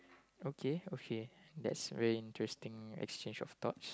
okay okay that's very interesting exchange of thoughts